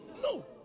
No